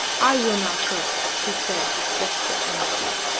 i will not go, she said with desperate energy.